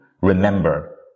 Remember